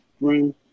room